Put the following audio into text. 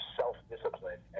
self-discipline